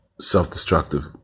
self-destructive